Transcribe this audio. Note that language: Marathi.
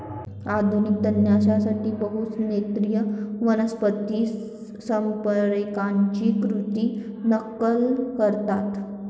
आधुनिक तणनाशके बहुधा नैसर्गिक वनस्पती संप्रेरकांची कृत्रिम नक्कल करतात